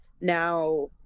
now